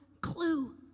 clue